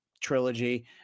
trilogy